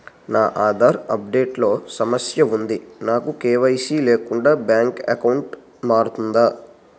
నా Aadhaar update లో సమస్య వుంది నాకు కే.వై.సీ లేకుండా బ్యాంక్ ఎకౌంట్దొ రుకుతుందా?